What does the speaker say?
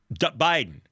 biden